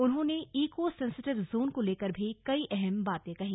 उन्होंने eco sensitive zone को लेकर भी कई अहम बातें कहीं